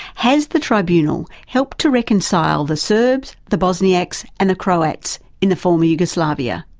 has the tribunal helped to reconcile the serbs, the bosniaks and the croats in the former yugoslavia?